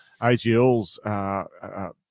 AGL's